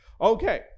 Okay